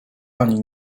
ani